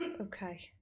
Okay